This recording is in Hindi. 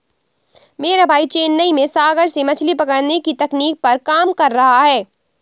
मेरा भाई चेन्नई में सागर से मछली पकड़ने की तकनीक पर काम कर रहा है